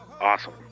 awesome